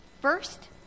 First